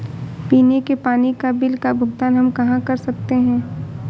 पीने के पानी का बिल का भुगतान हम कहाँ कर सकते हैं?